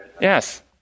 Yes